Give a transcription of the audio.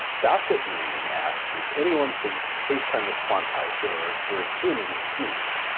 dasitmane asked if anyone thinks spacetime is quantized or if we're assuming it's smooth.